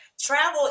travel